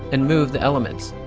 and move the elements.